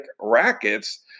rackets